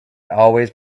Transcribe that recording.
always